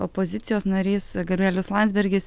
opozicijos narys gabrielius landsbergis